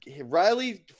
Riley